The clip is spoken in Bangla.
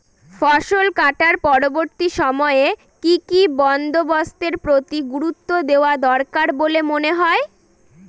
ফসলকাটার পরবর্তী সময়ে কি কি বন্দোবস্তের প্রতি গুরুত্ব দেওয়া দরকার বলে মনে হয়?